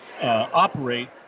operate